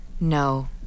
No